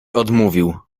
odmówił